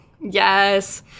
Yes